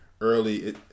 early